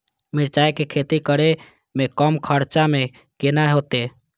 मिरचाय के खेती करे में कम खर्चा में केना होते?